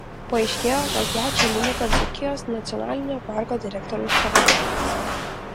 paaiškėjo kad ją čia numetė dzūkijos nacionalinio parko direktoriaus pavaduotojas